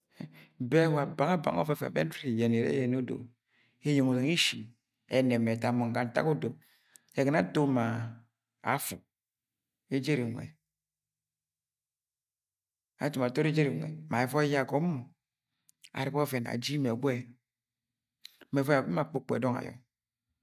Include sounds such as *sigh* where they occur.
. bẹ wa bang a bang ọvẹuẹn yẹ nuro iri iyẹnẹ irẹ yẹnẹ eyeng ọzẹng ishii ẹnẹp ni ẹta mong ga ntak odo ẹgonẹ ato ma affu ge ejere nwẹ, *hesitation* ato ma tọrọ ejere nwẹ mẹ ẹvọi yẹ agom mọ arẹbẹ ọuẹn aji imi egwu yẹ mẹ ẹvọi yẹ agọm mọ akpe ukpuga edọng ayo.